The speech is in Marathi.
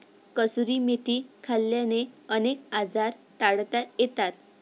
कसुरी मेथी खाल्ल्याने अनेक आजार टाळता येतात